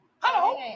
Hello